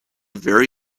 very